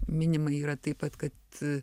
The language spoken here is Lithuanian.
minima yra taip pat kad